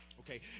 okay